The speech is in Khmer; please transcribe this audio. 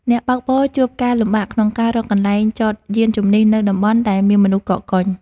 អ្នកបើកបរជួបការលំបាកក្នុងការរកកន្លែងចតយានជំនិះនៅតំបន់ដែលមានមនុស្សកកកុញ។